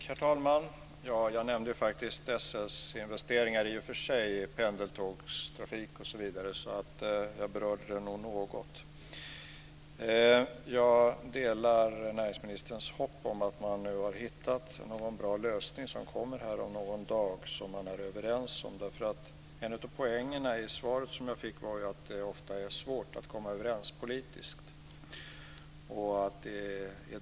Herr talman! Jag nämnde faktiskt SL:s investeringar. Det gällde pendeltågstrafik osv. Jag berörde det alltså något. Jag delar näringsministerns hopp om att man nu har hittat en bra lösning som kommer här om någon dag och som man är överens om. En av poängerna i svaret som jag fick var ju att det ofta är svårt att komma överens politiskt.